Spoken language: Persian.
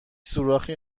سوراخی